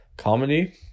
Comedy